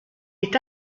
est